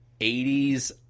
80s